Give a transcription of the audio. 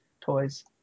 toys